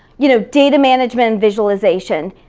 you know data management visualization,